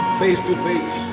face-to-face